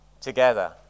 together